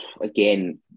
again